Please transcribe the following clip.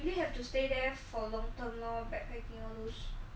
really have to stay there for long term lor backpacking all those